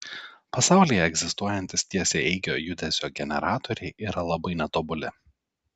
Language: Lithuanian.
pasaulyje egzistuojantys tiesiaeigio judesio generatoriai yra labai netobuli